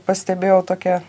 pastebėjau tokią